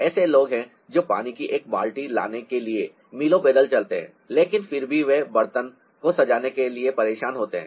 ऐसे लोग हैं जो पानी की एक बाल्टी लाने के लिए मीलों पैदल चलते हैं लेकिन फिर भी वे बर्तन को सजाने के लिए परेशान होते हैं